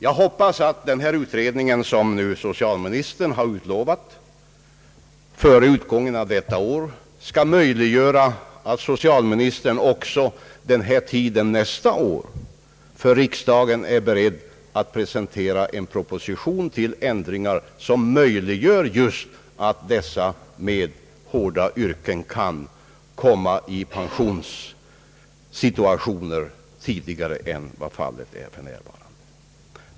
Jag hoppas att den utredning, som socialministern har utlovat före utgången av detta år, skall möjliggöra att socialministern också vid den här tiden nästa år är beredd att för riksdagen presentera en proposition om ändringar, som gör det möjligt för dem som har hårda yrken att få pension tidigare än vad som är fallet för närvarande.